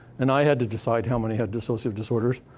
and i had to decide how many had dissociative disorders,